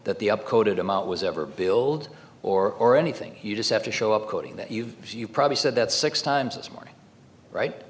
that the up coded amount was ever build or or anything you just have to show up coding that you as you probably said that six times this morning right